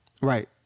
Right